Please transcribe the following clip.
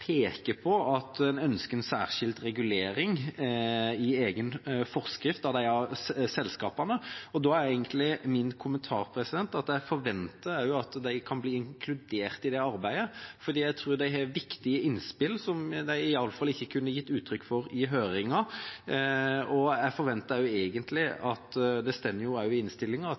peker på at en ønsker en særskilt regulering i egen forskrift av de selskapene. Da er egentlig min kommentar at jeg også forventer at de kan bli inkludert i det arbeidet, for jeg tror de har viktige innspill som de iallfall ikke kunne ha gitt uttrykk for i høringen. Jeg forventer egentlig også – og det står også i innstillinga – at